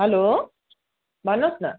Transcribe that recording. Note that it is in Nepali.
हेलो भन्नुहोस् न